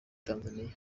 tanzania